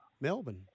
Melbourne